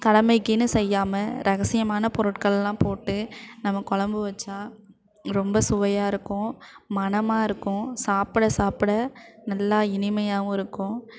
கடமைக்குன்னு செய்யாமல் ரகசியமான பொருட்களெலாம் போட்டு நம்ம கொழம்பு வைச்சா ரொம்ப சுவையாக இருக்கும் மணமாக இருக்கும் சாப்பிட சாப்பிட நல்லா இனிமையாகவும் இருக்கும்